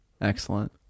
Excellent